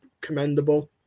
commendable